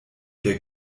der